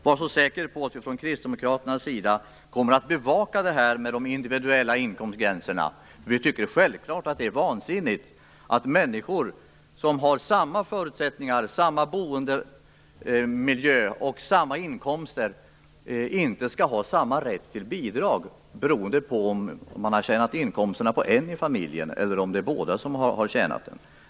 Var säkra på att vi från Kristdemokraternas sida kommer att bevaka detta med individuella inkomstgränser! Vi tycker att det är vansinnigt att människor med samma förutsättningar, samma boendemiljö och samma inkomster inte skall ha samma rätt till bidrag, beroende på om bara en eller båda i familjen har tjänat ihop inkomsten.